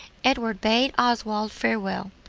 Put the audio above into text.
edward bade oswald farewell,